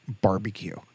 barbecue